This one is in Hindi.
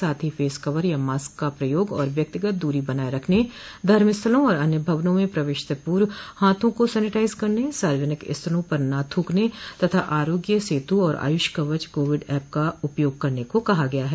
साथ ही फेस कवर या मास्क का प्रयोग आर व्यक्तिगत दूरी बनाये रखने धर्मस्थलों और अन्य भवनों में प्रवेश से पूर्व हाथों को सैनिटाइज करने सार्वजनिक स्थलों पर न थ्रकने तथा आरोग्य सेत् और आयुष कवच कोविड ऐप का उपयोग करने को कहा गया है